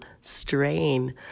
strain